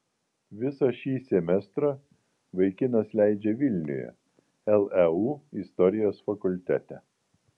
visą šį semestrą vaikinas leidžia vilniuje leu istorijos fakultete